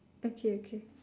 okay okay